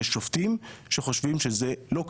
יש שופטים שחושבים שזה לא כך.